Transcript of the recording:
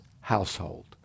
household